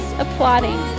applauding